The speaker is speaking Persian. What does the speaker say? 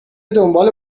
دنباله